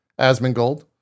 Asmongold